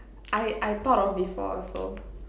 I I thought of before also